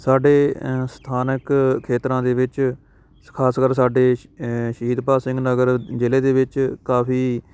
ਸਾਡੇ ਸਥਾਨਕ ਖੇਤਰਾਂ ਦੇ ਵਿੱਚ ਖਾਸ ਕਰ ਸਾਡੇ ਸ਼ਹੀਦ ਭਗਤ ਸਿੰਘ ਨਗਰ ਜ਼ਿਲ੍ਹੇ ਦੇ ਵਿੱਚ ਕਾਫੀ